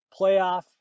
Playoff